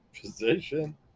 position